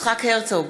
יצחק הרצוג,